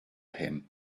him